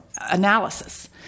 analysis